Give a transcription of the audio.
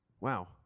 Wow